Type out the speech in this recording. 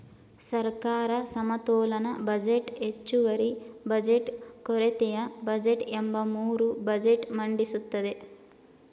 ಸರ್ಕಾರ ಸಮತೋಲನ ಬಜೆಟ್, ಹೆಚ್ಚುವರಿ ಬಜೆಟ್, ಕೊರತೆಯ ಬಜೆಟ್ ಎಂಬ ಮೂರು ಬಜೆಟ್ ಮಂಡಿಸುತ್ತದೆ